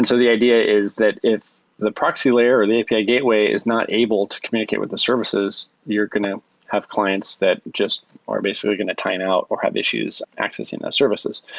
so the idea is that if the proxy layer or the api gateway is not able to communicate with the services, you're going to have clients that just are basically going to timeout or have issues accessing those services.